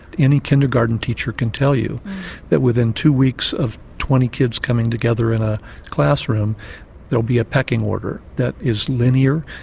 any kindergarten teacher can tell you that within two weeks of twenty kids coming together in a classroom there will be a pecking order that is linear